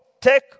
take